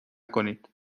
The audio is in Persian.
کنید